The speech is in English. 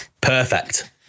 perfect